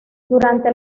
durante